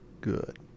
good